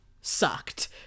sucked